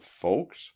folks